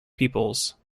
peoples